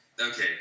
Okay